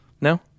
No